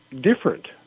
different